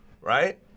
Right